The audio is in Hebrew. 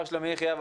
מר שלומי יחיאב.